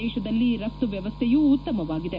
ದೇಶದಲ್ಲಿ ರಫ್ತು ವ್ಯವಸ್ಥೆಯು ಉತ್ತಮವಾಗಿದೆ